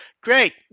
Great